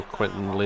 Quentin